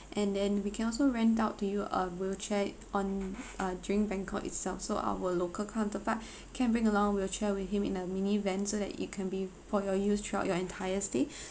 and then we can also rent out to you a wheelchair on uh during bangkok itself so our local counterpart can bring along a wheelchair with him in the mini van so that it can be for your use throughout your entire stay